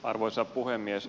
arvoisa puhemies